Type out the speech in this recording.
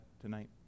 tonight